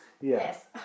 Yes